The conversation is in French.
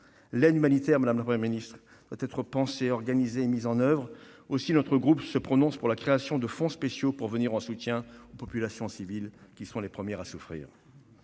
L'aide humanitaire, madame la Première ministre, doit être pensée, organisée et mise en oeuvre. Aussi notre groupe se prononce-t-il pour la création de fonds spéciaux pour venir en soutien aux populations civiles, qui sont les premières à souffrir.